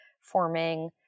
forming